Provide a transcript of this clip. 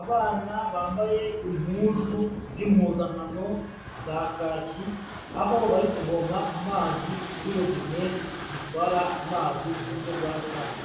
Abana bambaye impunzu z'impuzankano za kaki, aho bari kuvoma amazi kuri robine zitwara amazi mu buryo bwa rusange,